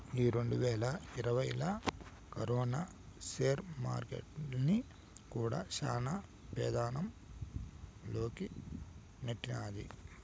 ఈ రెండువేల ఇరవైలా కరోనా సేర్ మార్కెట్టుల్ని కూడా శాన పెమాధం లోకి నెట్టినాది